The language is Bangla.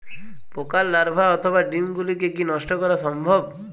পোকার লার্ভা অথবা ডিম গুলিকে কী নষ্ট করা সম্ভব?